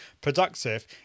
productive